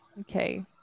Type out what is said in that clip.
Okay